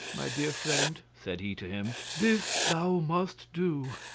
my dear friend, said he to him, this thou must do.